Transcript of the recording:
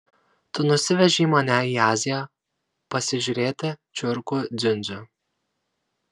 tu nusivežei mane į aziją pasižiūrėti čiurkų dziundzių